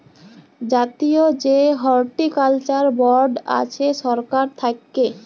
জাতীয় যে horticulture board আছে সরকার থাক্যে